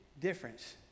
difference